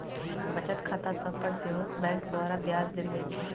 बचत खता सभ पर सेहो बैंक द्वारा ब्याज देल जाइ छइ